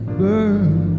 burn